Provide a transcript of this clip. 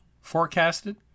forecasted